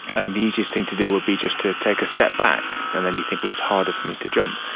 and the easiest thing to do would be just to take a step back and then you think, well, it's harder for me to jump.